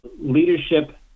leadership